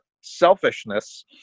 selfishness